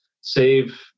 save